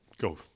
Go